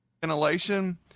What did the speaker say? ventilation